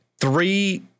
Three